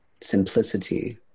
simplicity